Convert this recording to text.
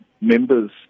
members